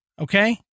Okay